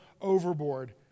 overboard